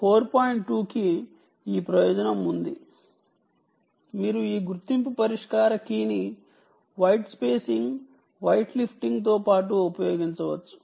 2 కి ఈ కి ప్రయోజనం ఉంది మీరు ఈ గుర్తింపు పరిష్కార కీని వైట్ స్పేసింగ్ వైట్ లిస్టింగ్తో పాటు ఉపయోగించవచ్చు